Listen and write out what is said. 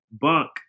bunk